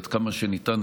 עד כמה שניתן,